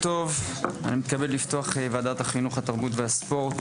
אני מתכבד לפתוח את וועדת החינוך התרבות והספורט,